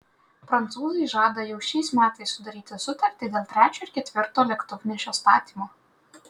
prancūzai žada jau šiais metais sudaryti sutartį dėl trečio ir ketvirto lėktuvnešio statymo